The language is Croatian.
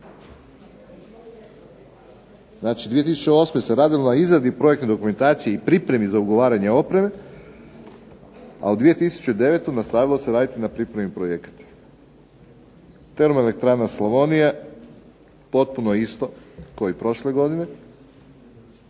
Znači 2008. se radilo na izradi projektne dokumentacije i pripreme za ugovaranje opreme, a u 2009. nastavilo se raditi na pripremi projekta. Termoelektrana Slavonija, potpuno isto kao i prošle godine.